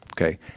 Okay